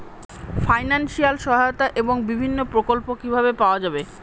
Financial সহায়তা এবং বিভিন্ন প্রকল্প কিভাবে পাওয়া যাবে?